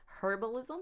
Herbalism